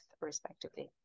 respectively